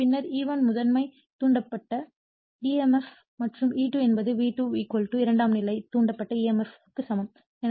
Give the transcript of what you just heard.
எனவே பின்னர் E1 முதன்மை தூண்டப்பட்ட EMF மற்றும் E2 என்பது V2 இரண்டாம் நிலை தூண்டப்பட்ட EMF க்கு சமம்